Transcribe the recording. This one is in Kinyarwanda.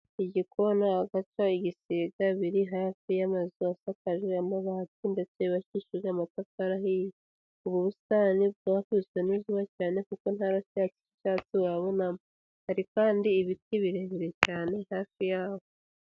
Igikona, agaca, igisiga, biri hafi y'amazu asakajwe amabati ndetse yubakishijwe amatafari ahiye. Ubu busitani bwakubiswe n'izuba cyane kuko nta bara ry'icyatsi wabonamo, hari kandi ibiti birebire cyane hafi yabwo.